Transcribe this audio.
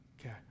Okay